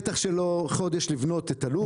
בטח שלא לוקח חודש לבנות את הלול.